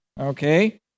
Okay